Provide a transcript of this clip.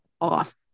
off